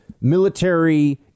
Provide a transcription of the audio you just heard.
military